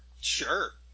Sure